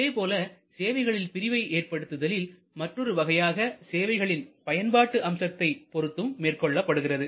இதேபோல சேவைகளில் பிரிவை ஏற்படுத்துதலில் மற்றொரு வகையாக சேவைகளின் பயன்பாடு அம்சத்தை பொருத்தும் மேற்கொள்ளப்படுகிறது